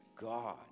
God